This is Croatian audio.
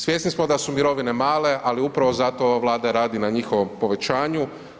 Svjesni smo da su mirovine male, ali upravo zato ova Vlada radi na njihovom povećanju.